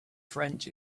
french